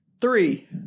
Three